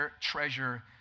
treasure